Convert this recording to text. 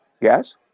Yes